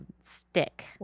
stick